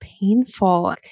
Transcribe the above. painful